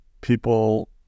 people